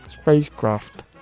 spacecraft